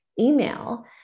email